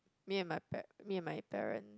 me and my par~ me and my parent